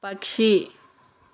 పక్షి